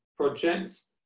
projects